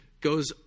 goes